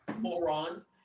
morons